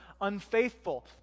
unfaithful